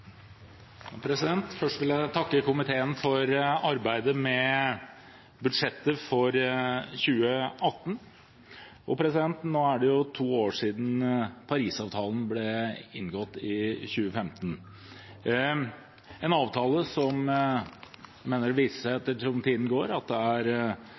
budsjettet for 2018. Nå er det jo to år siden Parisavtalen ble inngått i 2015 – en avtale som, etter som tiden går, viser seg å være sterk og virke. Diskusjonen har endret seg, det